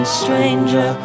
stranger